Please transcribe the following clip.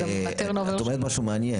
אז גם ה- turn over --- את אומרת משהו מעניין,